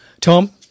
Tom